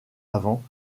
avant